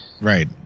Right